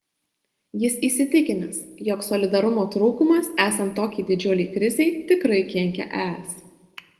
jis įsitikinęs jog solidarumo trūkumas esant tokiai didžiulei krizei tikrai kenkia es